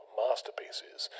masterpieces